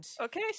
Okay